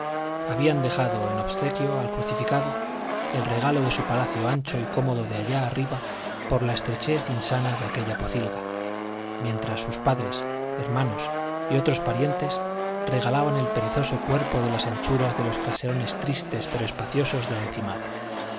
habían dejado en obsequio al crucificado el regalo de su palacio ancho y cómodo de allá arriba por la estrechez insana de aquella pocilga mientras sus padres hermanos y otros parientes regalaban el perezoso cuerpo en las anchuras de los caserones tristes pero espaciosos de la encimada